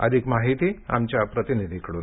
अधिक माहिती आमच्या प्रतिनिधीकडून